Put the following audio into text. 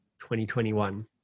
2021